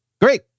Great